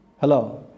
hello